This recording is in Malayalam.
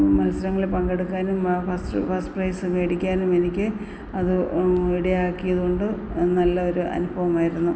മത്സരങ്ങളിൽ പങ്കെടുക്കാനും ഫസ്റ്റ് ഫസ്റ്റ് പ്രൈസ് മേടിക്കാനും എനിക്ക് അത് ഇടയാക്കിയതു കൊണ്ട് നല്ല ഒരു അനുഭവമായിരുന്നു